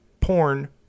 porn